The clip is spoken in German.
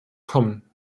kommen